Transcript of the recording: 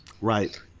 Right